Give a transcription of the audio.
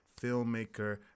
filmmaker